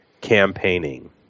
campaigning